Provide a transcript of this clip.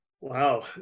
Wow